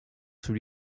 sous